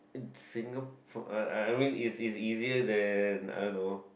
in Singa~ I I mean is is easier than I don't know